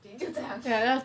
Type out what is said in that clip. then 就这样